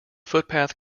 footpath